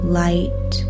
light